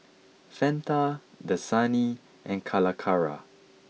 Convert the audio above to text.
Fanta Dasani and Calacara